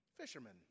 Fishermen